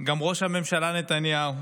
גם ראש הממשלה נתניהו.